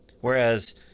Whereas